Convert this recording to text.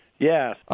Yes